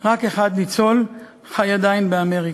רק אחד ניצל, חי עדיין באמריקה.